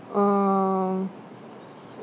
um